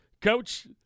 Coach